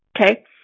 okay